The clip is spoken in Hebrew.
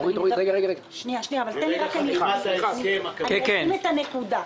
אני לא מדברת על מה שקורה כרגע.